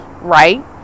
right